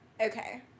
Okay